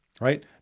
Right